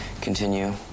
continue